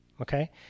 okay